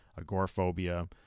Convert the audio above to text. agoraphobia